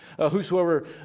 ...whosoever